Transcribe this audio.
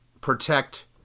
protect